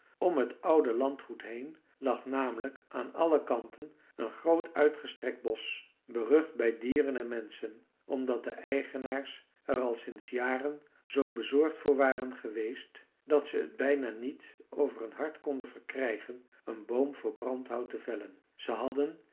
om het oude landgoed heen lag namelijk aan alle kanten een groot uitgestrekt bosch berucht bij dieren en menschen omdat de eigenaars er al sinds jaren zoo bezorgd voor waren geweest dat ze t bijna niet over hun hart konden verkrijgen een boom voor brandhout te vellen ze hadden